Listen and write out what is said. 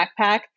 backpack